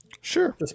Sure